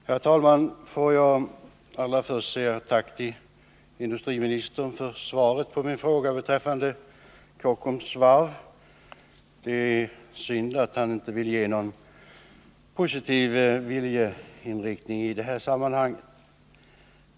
Herr talman! Får jag allra först säga tack till industriministern för svaret på min fråga beträffande Kockums varv. Det är synd att han inte vill ange någon positiv viljeinriktning i det här sammanhanget.